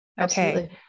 Okay